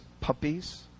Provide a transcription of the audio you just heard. puppies